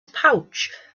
pouch